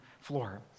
floor